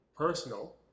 personal